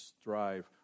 strive